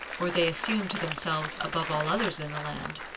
or they assume to themselves above all others in the land,